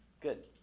Good